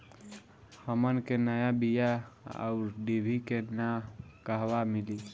हमन के नया बीया आउरडिभी के नाव कहवा मीली?